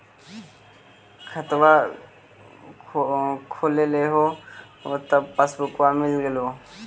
खतवा खोलैलहो तव पसबुकवा मिल गेलो?